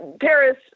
Paris